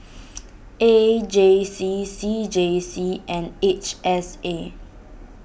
A J C C J C and H S A